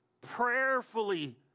Prayerfully